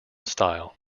style